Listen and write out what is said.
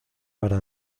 para